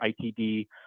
ITD